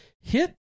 hit